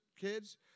kids